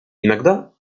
иногда